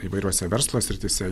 įvairiose verslo srityse